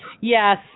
Yes